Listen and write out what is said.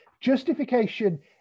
justification